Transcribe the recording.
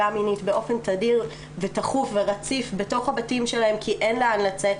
מינית באופן תדיר ותכוף ורציף בתוך הבתים שלהם כי אין לאן לצאת,